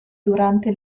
durante